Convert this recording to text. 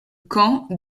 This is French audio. camp